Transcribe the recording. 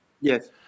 Yes